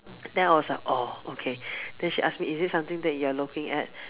then I was like oh okay then she ask me is it something that you're looking at